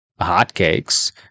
hotcakes